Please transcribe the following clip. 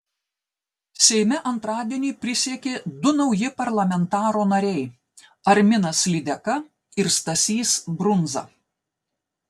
seime antradienį prisiekė du nauji parlamento nariai arminas lydeka ir stasys brundza